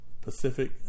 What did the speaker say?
Pacific